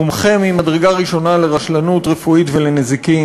מומחה ממדרגה ראשונה לרשלנות רפואית ולנזיקין.